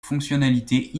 fonctionnalités